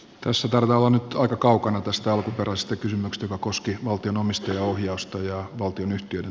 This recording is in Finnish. tosi tarve on aika kaukana tästä verosta kylmät joka koskee valtion omistajaohjausta ja valtionyhtiöiden